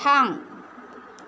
थां